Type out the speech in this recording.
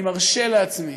אני מרשה לעצמי,